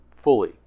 Fully